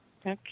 Okay